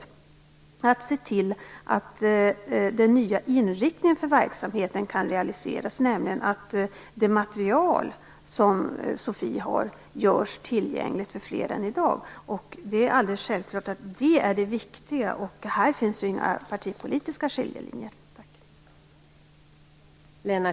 Vi skall se till att den nya inriktningen för verksamheten kan realiseras, nämligen att det material som SOFI har görs tillgängligt för fler än i dag. Det är alldeles självklart att det är det viktiga. Här finns inga partipolitiska skiljelinjer.